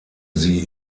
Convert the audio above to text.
sie